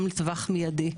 גם לטווח מיידי.